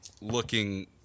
looking